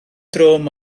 drwm